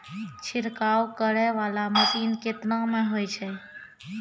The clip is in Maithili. छिड़काव करै वाला मसीन केतना मे होय छै?